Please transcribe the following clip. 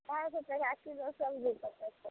सब्जी